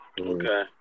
Okay